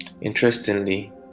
Interestingly